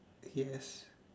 yes